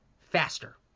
faster